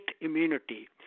immunity